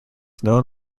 known